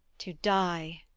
to die,